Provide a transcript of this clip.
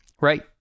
right